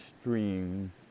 stream